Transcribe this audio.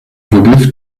forgive